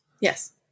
yes